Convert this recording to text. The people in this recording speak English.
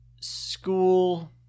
School